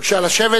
בבקשה לשבת.